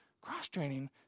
cross-training